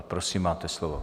Prosím, máte slovo.